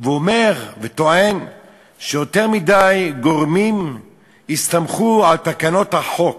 והוא אומר וטוען שיותר מדי גורמים הסתמכו על תקנות החוק